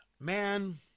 Man